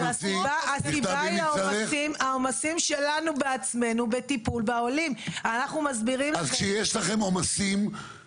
אבל מה שקרה כשאתם סגרתם את העמדה שלכם בנמל התעופה בן גוריון,